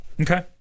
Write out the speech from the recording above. Okay